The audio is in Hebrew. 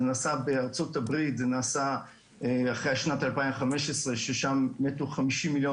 זה נעשה בארצות הברית אחרי שנת 2015 שם מתו והושמדו 50,000,000